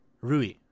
Rui